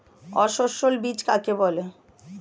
অসস্যল বীজ কাকে বলে?